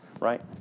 right